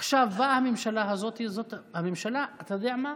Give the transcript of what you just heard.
עכשיו באה הממשלה הזאת, זאת הממשלה, אתה יודע מה,